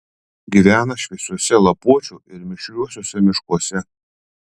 gyvena šviesiuose lapuočių ir mišriuosiuose miškuose